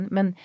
Men